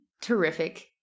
terrific